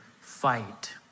fight